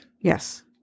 Yes